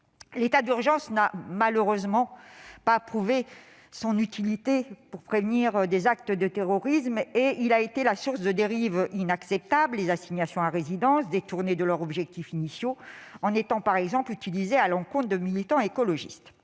L'état d'urgence n'a malheureusement pas prouvé son utilité pour prévenir les actes de terrorisme et il a été la source de dérives inacceptables, comme les assignations à résidence détournées de leurs objectifs initiaux en étant, par exemple, utilisées à l'encontre de militants écologistes.